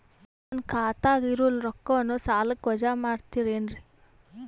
ನನ್ನ ಖಾತಗ ಇರುವ ರೊಕ್ಕವನ್ನು ಸಾಲಕ್ಕ ವಜಾ ಮಾಡ್ತಿರೆನ್ರಿ?